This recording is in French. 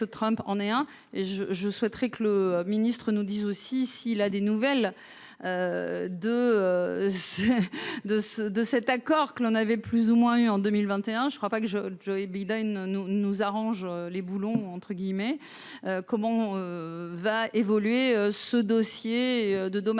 je souhaiterais que le ministre-nous disent aussi s'il a des nouvelles de de ce de cet accord que l'on avait plus ou moins eu en 2021, je ne crois pas que je Joey Biden nous nous arrange les boulons, entre guillemets, comment va évoluer ce dossier de dommage